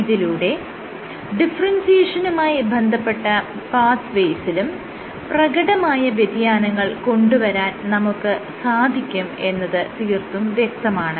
ഇതിലൂടെ ഡിഫറെൻസിയേഷനുമായി ബന്ധപ്പെട്ട പാത്ത് വേസിലും പ്രകടമായ വ്യതിയാനങ്ങൾ കൊണ്ടുവരാൻ നമുക്ക് സാധിക്കും എന്നത് തീർത്തും വ്യക്തമാണ്